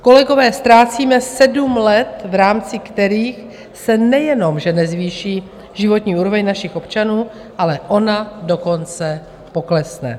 Kolegové, ztrácíme sedm let, v rámci kterých se nejenom že nezvýší životní úroveň našich občanů, ale ona dokonce poklesne.